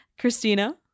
Christina